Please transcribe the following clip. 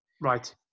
Right